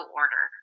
order